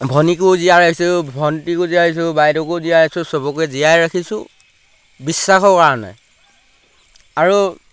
ভনীকো জীয়াই ৰাখিছোঁ ভণ্টিকো জীয়াই ৰাখিছোঁ বাইদেকো জীয়াই আিছোঁ চবকে জীয়াই ৰাখিছোঁ বিশ্বাসৰ কাৰণে আৰু